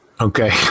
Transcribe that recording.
Okay